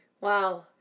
Wow